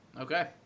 Okay